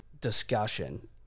discussion